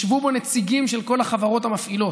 ישבו בו נציגים של כל החברות המפעילות.